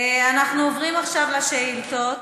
אנחנו עוברים עכשיו לשאילתות,